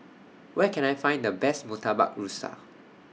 Where Can I Find The Best Murtabak Rusa